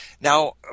Now